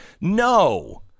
No